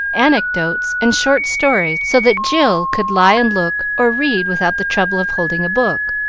anecdotes, and short stories, so that jill could lie and look or read without the trouble of holding a book.